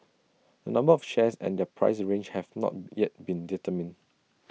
the number of shares and their price range have not yet been determined